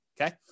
okay